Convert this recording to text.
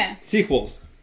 sequels